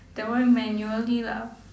that one manually lah